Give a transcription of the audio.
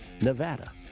Nevada